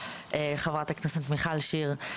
חברת הכנסת מיכל שיר,